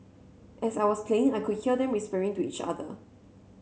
as I was playing I could hear them whispering to each other